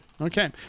Okay